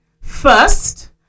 First